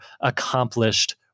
accomplished